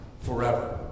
forever